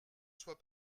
soit